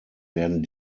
werden